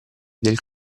del